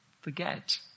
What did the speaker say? forget